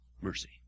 Mercy